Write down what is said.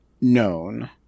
known